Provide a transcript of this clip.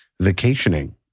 vacationing